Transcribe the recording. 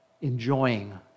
enjoying